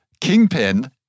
kingpin